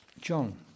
John